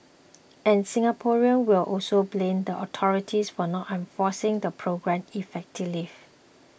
and Singaporeans will also blame the authorities for not enforcing the programme effectively